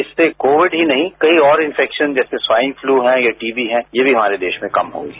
इससे कोविड ही नहीं कईं और इन्फेंक्शन जैसे स्वाइन फ्लू या टीबी है ये भी हमारे देश में कम होंगे